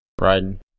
riding